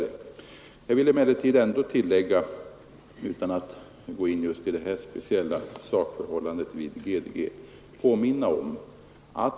Sedan vill jag också, utan att gå in på det speciella sakförhållandet vid GDG, påminna om en sak.